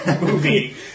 movie